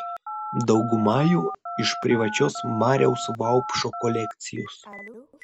dauguma jų iš privačios mariaus vaupšo kolekcijos